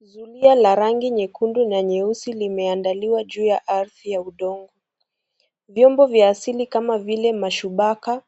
Zulia la rangi nyekundu na nyeusi limeandaliwa juu ya ardhi ya udongo. Vyombo vya asili kama vile mashubavu,